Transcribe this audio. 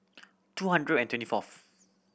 two hundred and twenty fourth